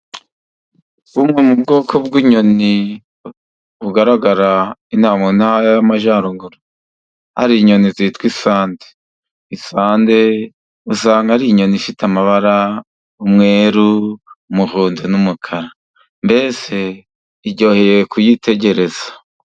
Ubu ni ubwoko bw'inyoni bugaragara inaha mu Ntara y'Amajyaruguru. Hari inyoni zitwa isande. Isande usanga ari inyoni ifite amabara. Umweru, umuvuhondo n'umukara. Mbese iryoheye kuyitegereza.